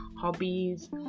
hobbies